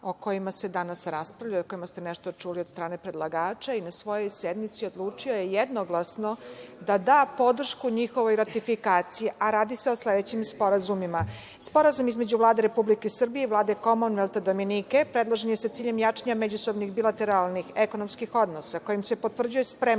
o kojima se danas raspravlja i o kojima ste nešto čuli od strane predlagača i na svojoj sednici odlučio je jednoglasno da da podršku njihovoj ratifikaciji. Radi se o sledećim sporazumima. Sporazum između Vlade Republike Srbije i Vlade Komonvelta Dominike. Predložen je sa ciljem jačanja međusobnih bilateralnih ekonomskih odnosa, kojim se potvrđuje spremnost